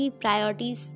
priorities